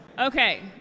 okay